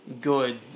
good